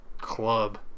club